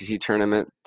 tournament